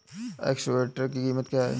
Excavator की कीमत क्या है?